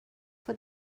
for